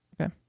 Okay